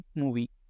movie